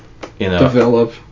develop